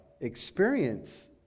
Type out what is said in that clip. experience